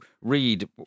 read